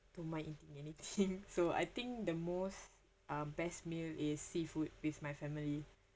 don't mind eating anything so I think the most uh best meal is seafood with my family